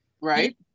Right